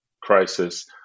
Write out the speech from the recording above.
crisis